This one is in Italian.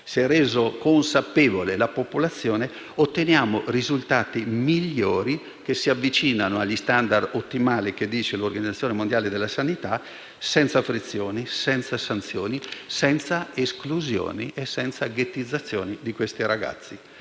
rendendo consapevole la popolazione, otteniamo risultati migliori che si avvicinano agli *standard* ottimali richiesti dall'Organizzazione mondiale della sanità, senza frizioni, senza sanzioni, senza esclusioni né ghettizzazioni dei ragazzi